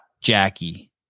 jackie